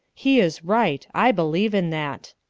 he is right i believe in that.